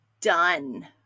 done